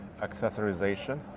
accessorization